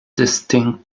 distinct